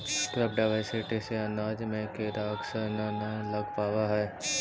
crop diversity से अनाज में कीड़ा अक्सर न न लग पावऽ हइ